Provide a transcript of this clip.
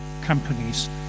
companies